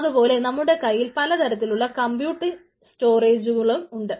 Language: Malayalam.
അതുപോലെ നമ്മുടെ കയ്യിൽ പലതരത്തിലുള്ള കമ്പ്യൂട്ട് സ്റ്റോറേജുകളും ഉണ്ട്